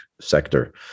sector